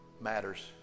matters